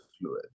fluid